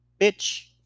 bitch